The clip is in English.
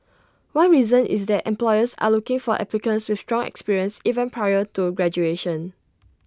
one reason is that employers are looking for applicants with strong experience even prior to graduation